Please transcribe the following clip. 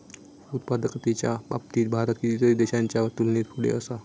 उत्पादकतेच्या बाबतीत भारत कितीतरी देशांच्या तुलनेत पुढे असा